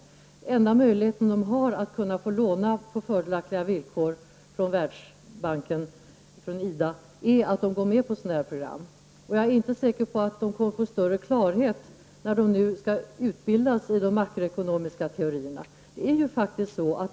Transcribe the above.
Enda möjligheten de har att få låna på fördelaktiga villkor från Världsbanken, IDA, är att de går med på sådana program. Jag är inte säker på att de kommer att få större klarhet när de nu skall utbildas i de makroekonomiska teorierna.